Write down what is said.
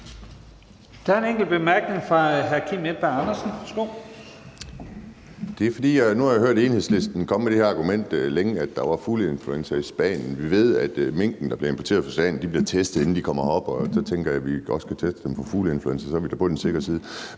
Edberg Andersen. Værsgo. Kl. 11:36 Kim Edberg Andersen (NB): Nu har jeg længe hørt Enhedslisten komme med det her argument om, at der var fugleinfluenza i Spanien. Vi ved, at minkene, der bliver importeret fra Spanien, bliver testet, inden de kommer herop, og så tænker jeg, at vi også skal teste dem for fugleinfluenza, for så er vi da på den sikre side.